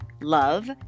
love